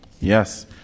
Yes